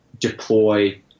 deploy